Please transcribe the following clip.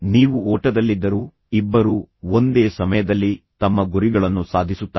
ನೀವು ಓಟದಲ್ಲಿದ್ದರೂ ಇಬ್ಬರೂ ಒಂದೇ ಸಮಯದಲ್ಲಿ ತಮ್ಮ ಗುರಿಗಳನ್ನು ಸಾಧಿಸುತ್ತಾರೆ